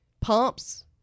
pumps